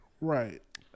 right